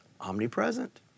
omnipresent